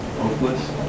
Hopeless